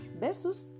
versus